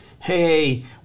Hey